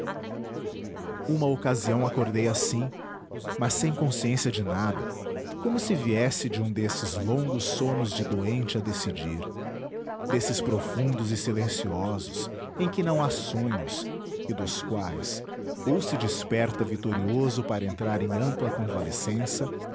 uma ocasião acordei assim mas sem consciência de nada como se viesse de um desses longos sonos de doente a decidir desses profundos e silenciosos em que não há sonhos e dos quais ou se desperta vitorioso para entrar em ampla convalescença